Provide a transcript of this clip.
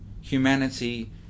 Humanity